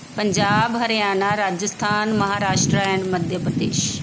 Punjab Haryana Rajasthan Maharashtra and Madhya Pradesh